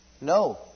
No